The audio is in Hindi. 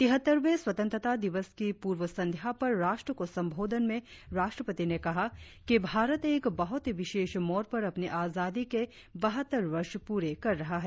तिहत्तरवें स्वतंत्रता दिवस की पूर्व संध्या पर राष्ट्र को संबोधन में राष्ट्रपति ने कहा कि भारत एक बहुत ही विशेष मोड़ पर अपनी आजादी के बहत्तर वर्ष पूरे कर रहा है